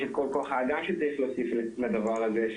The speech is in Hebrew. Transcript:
יש את כל כוח האדם שצריך להוסיף לדבר הזה,